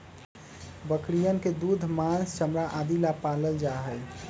बकरियन के दूध, माँस, चमड़ा आदि ला पाल्ल जाहई